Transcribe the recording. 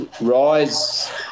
RISE